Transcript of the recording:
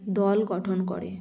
দল গঠন করে